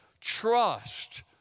Trust